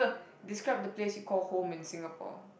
describe the place you call home in Singapore